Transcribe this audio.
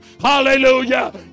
Hallelujah